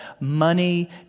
money